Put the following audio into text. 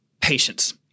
patience